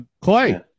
Clay